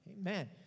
Amen